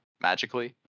magically